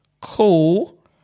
Cool